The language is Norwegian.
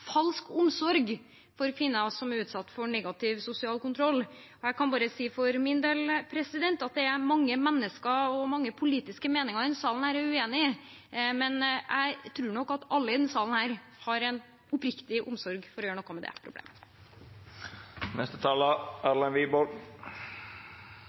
falsk omsorg for kvinner som er utsatt for negativ sosial kontroll. Jeg kan bare si for min del at det er mange mennesker og mange politiske meninger i denne sal jeg er uenig med, men jeg tror nok alle i denne sal har en oppriktig omsorg og vil gjøre noe med det problemet.